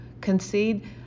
Concede